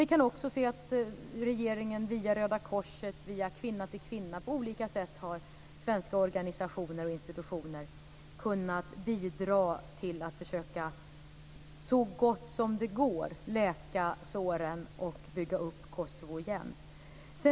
Vi kan också se att regeringen via Röda korset, via Kvinna till kvinna och på olika sätt med andra svenska organisationer och institutioner kunnat bidra till att försöka läka såren så gott som det går och bygga upp Kosovo igen.